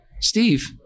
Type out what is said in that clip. Steve